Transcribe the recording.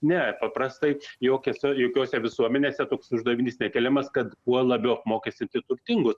ne paprastai jokiose jokiose visuomenėse toks uždavinys nekeliamas kad kuo labiau apmokestinti turtingus